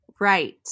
right